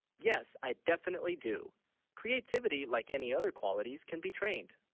yes i definitely do creativity like any other qualities can be trained